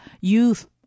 youth